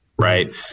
right